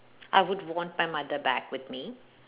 I would want my mother back with me